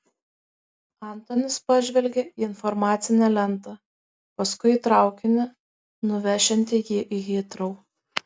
antonis pažvelgė į informacinę lentą paskui į traukinį nuvešiantį jį į hitrou